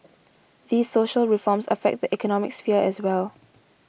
these social reforms affect the economic sphere as well